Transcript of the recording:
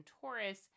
Taurus